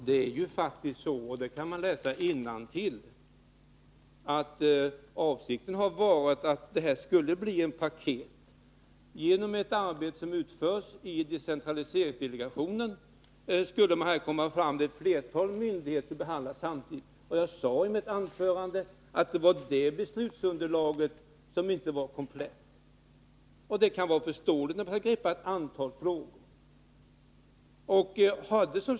Herr talman! Avsikten har faktiskt — det kan man läsa innantill — varit att det skulle bli ett lokaliseringspaket. Genom ett arbete som utförts i decentraliseringsdelegationen skulle man här komma fram till att ett flertal myndigheters lokalisering kunde behandlas samtidigt. Och jag sade i mitt anförande att det var detta beslutsunderlag som inte var komplett. Det är förståeligt att det blir så, när man skall greppa ett antal frågor.